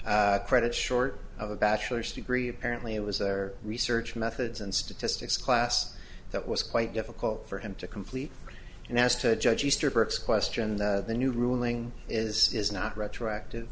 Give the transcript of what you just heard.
credits short of a bachelor's degree apparently it was their research methods and statistics class that was quite difficult for him to complete and as to judge easter percs questioned the new ruling is is not retroactive